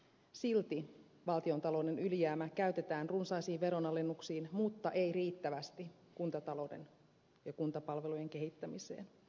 silti valtiontalouden ylijäämä käytetään runsaisiin veronalennuksiin mutta ei riittävästi kuntatalouden ja kuntapalvelujen kehittämiseen